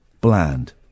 Bland